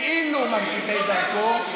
כאילו ממשיכי דרכו,